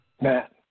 Matt